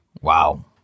Wow